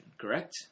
correct